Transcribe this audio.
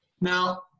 Now